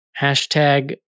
hashtag